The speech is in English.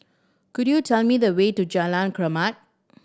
could you tell me the way to Jalan